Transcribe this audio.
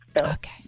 Okay